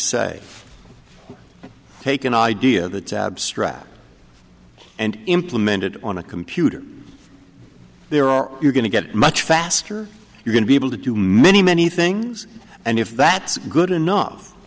say take an idea that's abstract and implemented on a computer there are you're going to get much faster you're going to be able to do many many things and if that's good enough